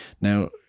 now